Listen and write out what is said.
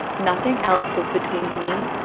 nothing else was between me,